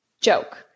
joke